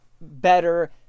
better